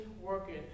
working